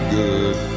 good